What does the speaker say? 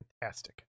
fantastic